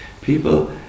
people